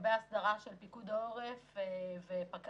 לגבי הסדרה של פיקוד העורף ורח"ל,